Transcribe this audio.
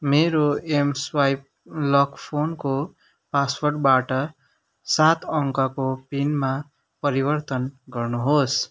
मेरो M swipe lock फोनको पासवर्डबाट सात अङ्कको पिनमा परिवर्तन गर्नुहोस्